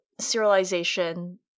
serialization